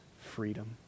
freedom